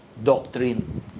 Doctrine